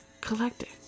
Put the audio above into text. Collecting